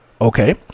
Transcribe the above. okay